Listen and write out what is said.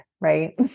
right